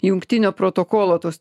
jungtinio protokolo tos